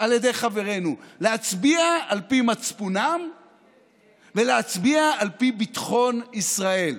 על ידי חברינו: להצביע על פי מצפונם ולהצביע על פי ביטחון ישראל.